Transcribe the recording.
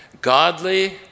godly